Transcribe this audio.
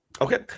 okay